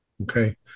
Okay